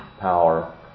power